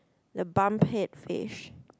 the bump head fish